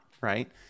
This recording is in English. Right